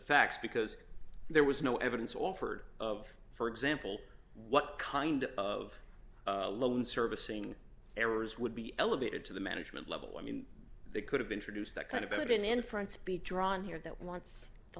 facts because there was no evidence offered of for example what kind of loan servicing errors would be elevated to the management level i mean they could have introduced that kind of burden in france be drawn here that wants t